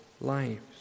lives